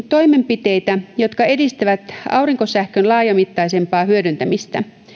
toimenpiteitä jotka edistävät aurinkosähkön laajamittaisempaa hyödyntämistä